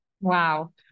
Wow